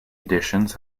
additions